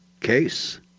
Case